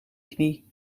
knie